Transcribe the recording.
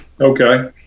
okay